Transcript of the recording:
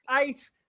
eight